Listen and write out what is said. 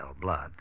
blood